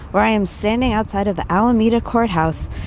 where i am standing outside of the alameda courthouse,